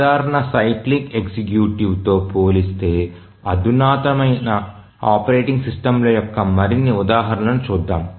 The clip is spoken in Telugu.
సాధారణ సైక్లిక్ ఎగ్జిక్యూటివ్తో పోలిస్తే అధునాతనమైన ఆపరేటింగ్ సిస్టమ్ల యొక్క మరిన్ని ఉదాహరణలను చూద్దాం